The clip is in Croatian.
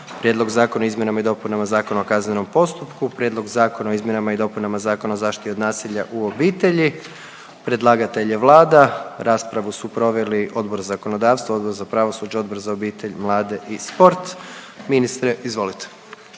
Prijedlog Zakona o izmjenama Zakona o kaznenom postupku, Prijedlog Zakona o izmjenama i dopunama Zakona o zaštiti od nasilja u obitelji. Predlagatelj je Vlada. Raspravu su proveli Odbor za zakonodavstvo, Odbor za pravosuđe, Odbor za obitelj, mlade i sport. Ministre izvolite.